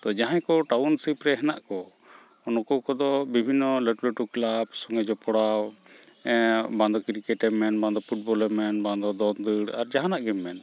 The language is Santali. ᱛᱳ ᱡᱟᱦᱟᱸᱭᱠᱚ ᱴᱟᱣᱩᱱᱥᱤᱯᱨᱮ ᱦᱮᱱᱟᱜ ᱠᱚ ᱩᱱᱠᱩᱠᱚᱫᱚ ᱵᱤᱵᱷᱤᱱᱱᱚ ᱞᱟᱹᱴᱩᱼᱞᱟᱹᱴᱩ ᱠᱞᱟᱵᱽ ᱥᱚᱸᱜᱮᱡ ᱡᱚᱯᱲᱟᱣ ᱵᱟᱝᱫᱚ ᱠᱨᱤᱠᱮᱴᱮᱢ ᱢᱮᱱ ᱵᱟᱝᱫᱚ ᱯᱷᱩᱴᱵᱚᱞᱮᱢ ᱢᱮᱱ ᱵᱟᱝᱫᱚ ᱫᱚᱱᱼᱫᱟᱹᱲ ᱟᱨ ᱡᱟᱦᱟᱱᱜᱼᱜᱮᱢ ᱢᱮᱱ